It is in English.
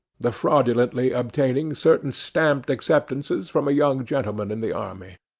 the fraudulently obtaining certain stamped acceptances from a young gentleman in the army.